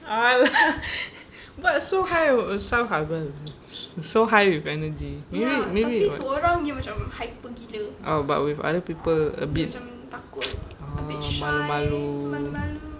!alah! but so high so high with energy maybe maybe oh but with other people a bit oh malu-malu